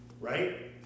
right